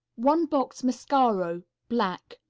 one box mascaro, black.